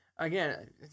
Again